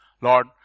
Lord